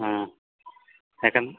ಹಾಂ ಯಾಕಂದ್ರ್